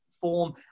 form